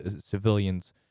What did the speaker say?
civilians